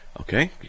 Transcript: okay